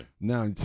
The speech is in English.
now